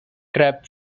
crab